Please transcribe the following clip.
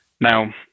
Now